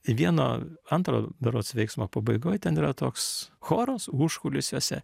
vieno antro berods veiksmo pabaigoj ten yra toks choras užkulisiuose